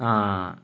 ആ